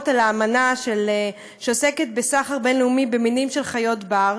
על האמנה שעוסקת בסחר בין-לאומי במינים של חיות בר.